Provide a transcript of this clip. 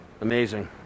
Amazing